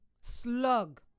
Slug